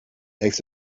heeft